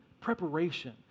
preparation